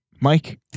Mike